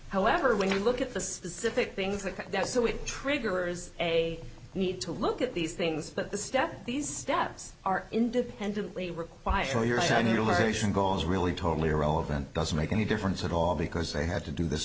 however when you look at the specific things like that so it triggers a need to look at these things but the step these steps are independently required for your time utilization goal is really totally irrelevant doesn't make any difference at all because they have to do this